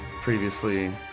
previously